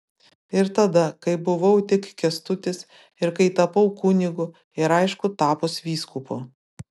ir tada kai buvau tik kęstutis ir kai tapau kunigu ir aišku tapus vyskupu